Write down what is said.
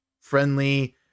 friendly